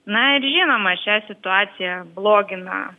na ir žinoma šią situaciją blogina